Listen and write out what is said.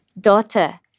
Daughter